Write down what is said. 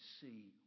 see